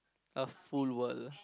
a full world